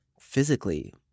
physically